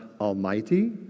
almighty